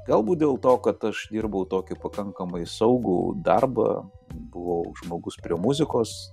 galbūt dėl to kad aš dirbau tokį pakankamai saugų darbą buvau žmogus prie muzikos